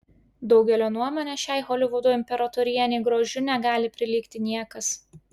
daugelio nuomone šiai holivudo imperatorienei grožiu negali prilygti niekas